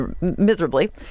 miserably